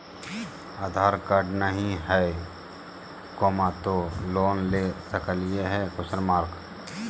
आधार card नही हय, तो लोन ले सकलिये है?